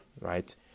right